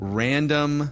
random